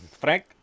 Frank